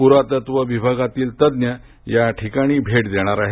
पुरातत्व विभागातील तज्ञ या ठिकाणी भेट देणार आहेत